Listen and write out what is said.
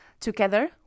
Together